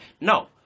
no